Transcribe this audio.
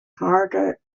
harder